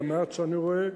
מהמעט שאני רואה,